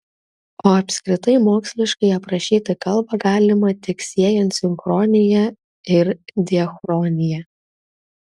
o apskritai moksliškai aprašyti kalbą galima tik siejant sinchronija ir diachroniją